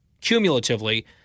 cumulatively